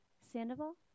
Sandoval